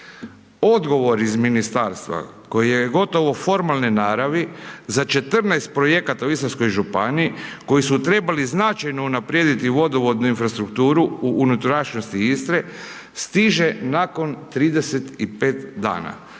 Odgovor iz ministarstva, koje je gotovo formalne naravi, za 14 projekata u Istarskoj županiji, koji su trebali značajno unaprijediti vodovodnu infrastrukturu u unutrašnjosti Istre, stiže nakon 35 dana.